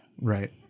Right